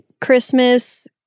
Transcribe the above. Christmas